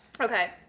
Okay